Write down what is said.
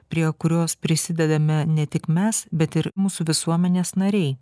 prie kurios prisidedame ne tik mes bet ir mūsų visuomenės nariai